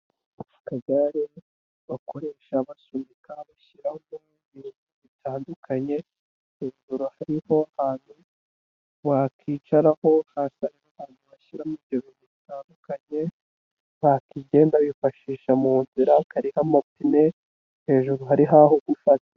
Akagare bakoresha basunika bashyiraho ibi bitandukanye hejuru hariho ahantu wakicaraho hasa abantu bashyiramo ibintu bitandukanye, bagenda bifashisha mu nzira, kariho amapine, hejuru hari aho gufata.